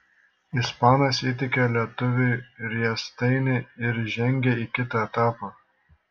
ispanas įteikė lietuviui riestainį ir žengė į kitą etapą